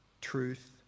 truth